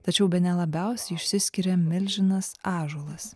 tačiau bene labiausiai išsiskiria milžinas ąžuolas